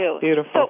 beautiful